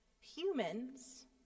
Humans